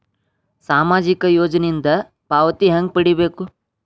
ಸಾಮಾಜಿಕ ಯೋಜನಿಯಿಂದ ಪಾವತಿ ಹೆಂಗ್ ಪಡಿಬೇಕು?